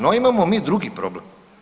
No imamo mi drugi problem.